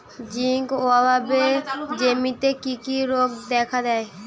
Zinc অভাবে জমিতে কি কি রোগ দেখাদেয়?